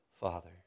father